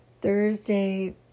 Thursday